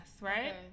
right